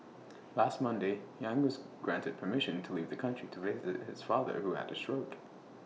last Monday yang was granted permission to leave the country to visit his father who had A stroke